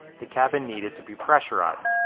the cabin needed to be pressurized.